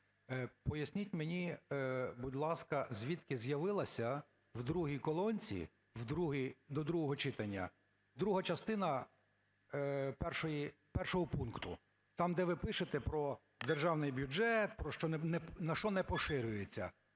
Поясніть мені, будь ласка, звідки з'явилася в другій колонці до другого читання друга частина першого пункту, там, де ви пишете про державний бюджет, на що не поширюється,